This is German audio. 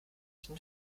die